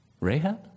Rahab